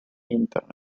internet